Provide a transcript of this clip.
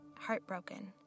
heartbroken